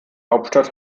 hauptstadt